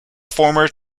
former